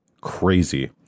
crazy